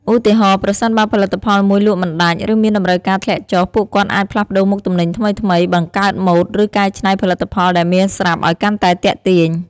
ឧទាហរណ៍ ប្រសិនបើផលិតផលមួយលក់មិនដាច់ ឬមានតម្រូវការធ្លាក់ចុះ ពួកគាត់អាចផ្លាស់ប្តូរមុខទំនិញថ្មីៗ បង្កើតម៉ូដ ឬកែច្នៃផលិតផលដែលមានស្រាប់ឱ្យកាន់តែទាក់ទាញ។